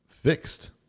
fixed